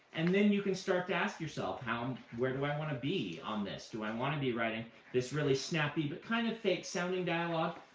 and then you can start to ask yourself, where do i want to be on this? do i want to be writing this really snappy but kind of fake-sounding dialogue,